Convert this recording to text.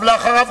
אבל אחריו,